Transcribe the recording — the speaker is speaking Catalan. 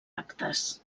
actes